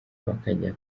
bakajya